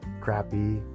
crappy